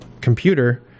computer